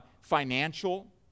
financial